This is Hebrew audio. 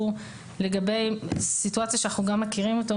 הוא לגבי סיטואציה שאנחנו גם מכירים אותה